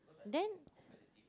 then